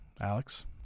Alex